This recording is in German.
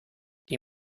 die